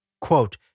Quote